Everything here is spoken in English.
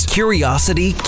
curiosity